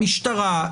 המשטרה,